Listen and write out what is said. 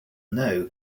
know